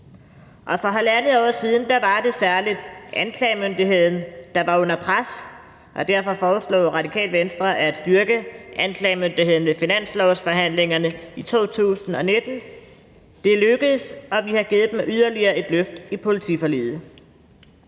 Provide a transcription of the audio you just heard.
Og for 1½ år siden var det særlig anklagemyndigheden, der var under pres, og derfor foreslog Radikale Venstre at styrke anklagemyndigheden, ved finanslovsforhandlingerne i 2019. Det lykkedes, og vi har givet dem yderligere et løft med politiforliget.